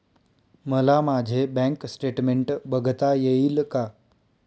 मला माझे bank statement बघता येईल का?